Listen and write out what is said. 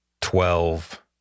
twelve